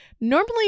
normally